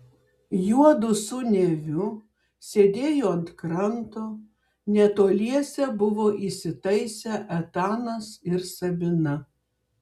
juodu su neviu sėdėjo ant kranto netoliese buvo įsitaisę etanas ir sabina